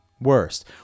worst